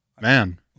man